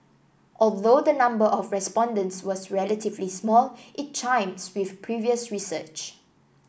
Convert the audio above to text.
although the number of respondents was relatively small it chimes with previous research